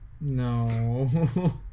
No